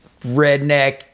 redneck